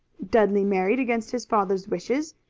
dudley married against his father's wishes